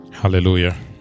Hallelujah